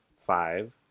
five